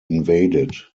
invaded